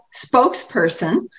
spokesperson